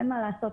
ואין מה לעשות,